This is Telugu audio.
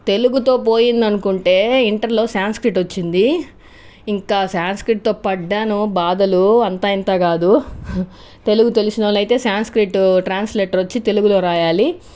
తెలుగుతో పోయింది అనుకుంటే ఇంటర్లో సాంస్క్రీట్ వచ్చింది ఇంకా సాంస్క్రీట్తో పడ్డాను బాధలు అంతా ఇంతా కాదు తెలుగు తెలిసిన వాళ్ళు అయితే సాంస్క్రీట్ ట్రాన్స్లేటర్ వచ్చి తెలుగులో రాయాలి